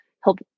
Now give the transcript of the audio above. help